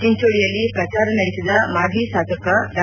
ಚಿಂಚೋಳಿಯಲ್ಲಿ ಪ್ರಚಾರ ನಡೆಸಿದ ಮಾಜಿ ಶಾಸಕ ಡಾ